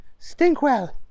Stinkwell